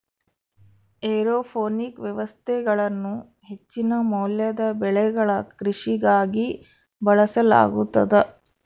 aeroponic ವ್ಯವಸ್ಥೆಗಳನ್ನು ಹೆಚ್ಚಿನ ಮೌಲ್ಯದ ಬೆಳೆಗಳ ಕೃಷಿಗಾಗಿ ಬಳಸಲಾಗುತದ